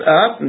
up